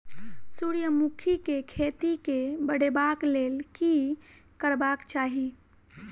सूर्यमुखी केँ खेती केँ बढ़ेबाक लेल की करबाक चाहि?